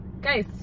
Guys